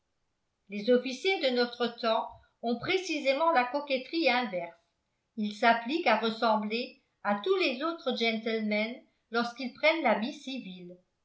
les officiers de notre temps ont précisément la coquetterie inverse ils s'appliquent à ressembler à tous les autres gentlemen lorsqu'ils prennent l'habit civil